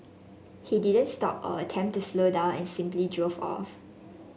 he didn't stop or attempt to slow down and simply drove off